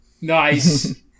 nice